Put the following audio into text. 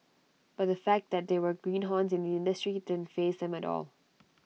but the fact that they were greenhorns in the industry didn't faze them at all